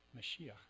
Mashiach